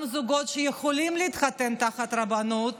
גם זוגות שיכולים להתחתן תחת הרבנות